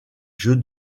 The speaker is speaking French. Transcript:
jeux